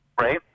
right